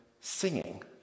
singing